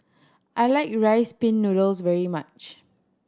I like Rice Pin Noodles very much